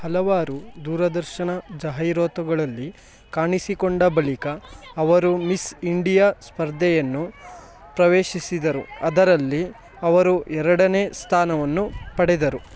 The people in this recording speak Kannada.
ಹಲವಾರು ದೂರದರ್ಶನ ಜಾಹೀರಾತುಗಳಲ್ಲಿ ಕಾಣಿಸಿಕೊಂಡ ಬಳಿಕ ಅವರು ಮಿಸ್ ಇಂಡಿಯಾ ಸ್ಪರ್ಧೆಯನ್ನು ಪ್ರವೇಶಿಸಿದರು ಅದರಲ್ಲಿ ಅವರು ಎರಡನೇ ಸ್ಥಾನವನ್ನು ಪಡೆದರು